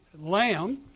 lamb